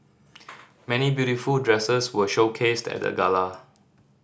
many beautiful dresses were showcased at the gala